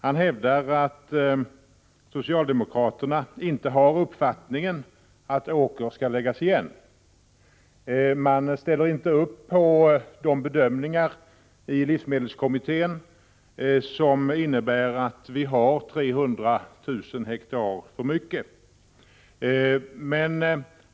Han hävdade att socialdemokraterna inte har uppfattningen att åkermark skall läggas igen. Man ställer inte upp på de bedömningar i livsmedelskommittén som innebär att vi har 300 000 hektar åker för mycket.